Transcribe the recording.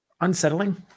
unsettling